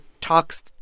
talks